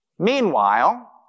Meanwhile